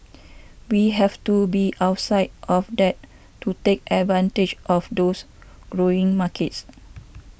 we have to be outside of that to take advantage of those growing markets